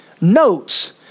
notes